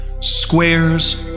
Squares